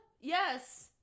Yes